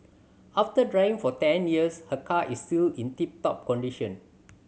after driving for ten years her car is still in tip top condition